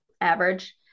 average